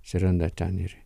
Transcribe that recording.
atsiranda ten ir